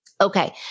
Okay